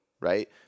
right